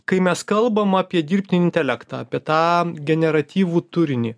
kai mes kalbam apie dirbtinį intelektą apie tą generatyvų turinį